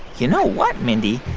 you know what, mindy?